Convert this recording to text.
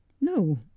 no